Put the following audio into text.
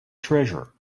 treasure